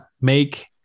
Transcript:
make